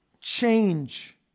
Change